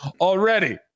already